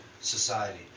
Society